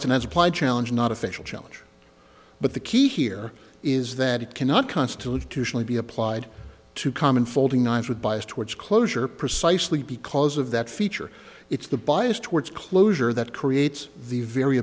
an as applied challenge not official challenge but the key here is that it cannot constitutionally be applied to common folding knives with bias towards closure precisely because of that feature it's the bias towards closure that creates the